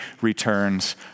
returns